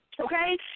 Okay